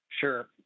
Sure